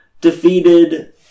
Defeated